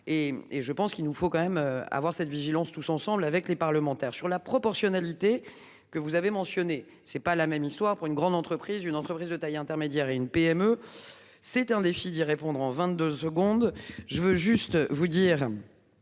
Et je pense qu'il nous faut quand même avoir cette vigilance tous ensemble avec les parlementaires sur la proportionnalité. Que vous avez mentionnées. C'est pas la même histoire pour une grande entreprise, une entreprise de taille intermédiaire et une PME. C'est un défi d'y répondre en 22 secondes. Je veux juste vous dire.